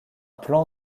plan